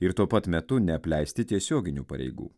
ir tuo pat metu neapleisti tiesioginių pareigų